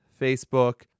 Facebook